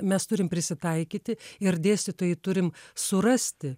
mes turim prisitaikyti ir dėstytojai turim surasti